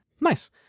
Nice